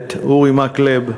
הכנסת אורי מקלב,